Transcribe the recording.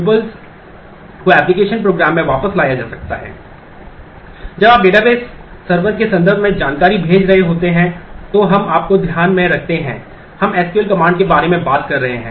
जब आप database server के संदर्भ में जानकारी भेज रहे होते हैं तो हम आपको ध्यान में रखते हैं हम एसक्यूएल के बारे में बात कर रहे हैं